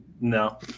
No